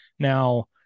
Now